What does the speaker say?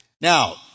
Now